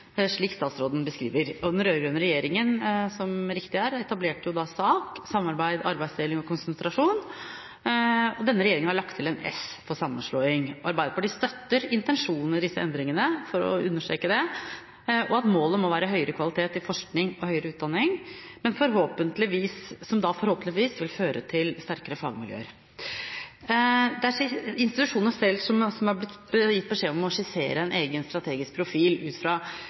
slik statsråden beskriver. Den rød-grønne regjeringen etablerte, som riktig er, SAK, samarbeid, arbeidsdeling og konsentrasjon, og denne regjeringen har lagt til en s, for «sammenslåing». Arbeiderpartiet støtter intensjonen med disse endringene – for å understreke det – og at målet må være høyere kvalitet i forskning og høyere utdanning, som da forhåpentligvis vil føre til sterkere fagmiljøer. Det er institusjonene selv som har gitt beskjed om å skissere en egen strategisk profil ut fra